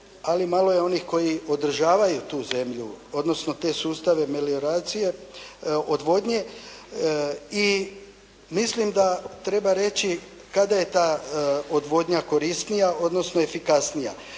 ali malo je onih koji održavaju tu zemlju odnosno te sustave melioracije, odvodnje i mislim da treba reći kada je ta odvodnja korisnija odnosno efikasnija.